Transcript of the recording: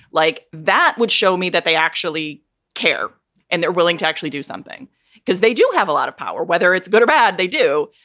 like that would show me that they actually care and they're willing to actually do something because they do have a lot of power. whether it's good or bad, they do.